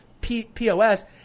POS